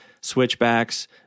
switchbacks